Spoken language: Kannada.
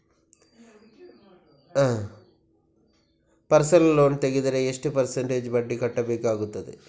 ಪರ್ಸನಲ್ ಲೋನ್ ತೆಗೆದರೆ ಎಷ್ಟು ಪರ್ಸೆಂಟೇಜ್ ಬಡ್ಡಿ ಕಟ್ಟಬೇಕಾಗುತ್ತದೆ?